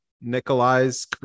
Nikolai's